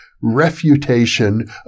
Refutation